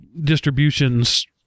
distributions